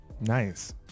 Nice